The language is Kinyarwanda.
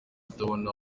atabona